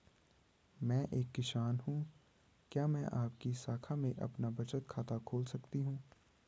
मैं एक किसान हूँ क्या मैं आपकी शाखा में अपना बचत खाता खोल सकती हूँ?